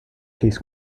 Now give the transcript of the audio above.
his